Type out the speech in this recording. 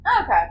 Okay